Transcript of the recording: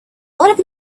learning